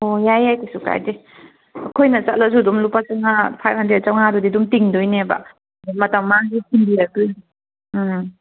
ꯑꯣ ꯌꯥꯏ ꯌꯥꯏ ꯀꯩꯁꯨ ꯀꯥꯏꯗꯦ ꯑꯩꯈꯣꯏꯅ ꯆꯠꯂꯁꯨ ꯑꯗꯨꯝ ꯂꯨꯄꯥ ꯆꯥꯝꯃꯉꯥ ꯐꯥꯏꯚ ꯍꯟꯗ꯭ꯔꯦꯗ ꯆꯥꯝꯃꯉꯥꯗꯨꯗꯤ ꯑꯗꯨꯝ ꯇꯤꯡꯗꯣꯏꯅꯦꯕ ꯃꯇꯝ ꯃꯥꯡꯈꯩ ꯊꯤꯟꯕꯤꯔꯛꯇꯣꯏꯅꯤ ꯎꯝ